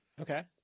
Okay